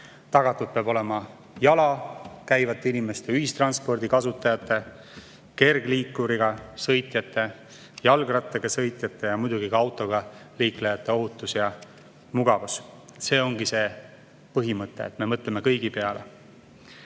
tagatud jala käivate inimeste, ühistranspordi kasutajate, kergliikuriga sõitjate, jalgrattaga sõitjate ja muidugi ka autoga liiklejate ohutus ja mugavus. See ongi põhimõte, et me mõtleme kõigi peale.